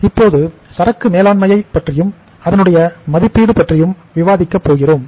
இப்போது சரக்கு வேளாண்மையை பற்றியும் அதனுடைய மதிப்பீடு பற்றியும் விவாதிக்கப் போகிறோம்